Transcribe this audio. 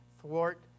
thwart